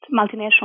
multinational